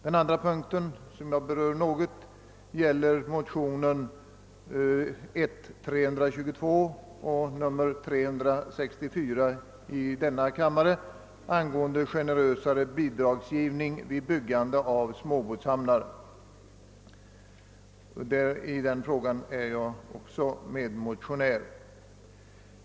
Den andra punkten gäller motionen I: 322 och 1II:364 angående generösare bidragsgivning vid byggande av småbåtshamnar. I den frågan är jag också motionär.